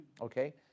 Okay